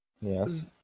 yes